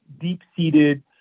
deep-seated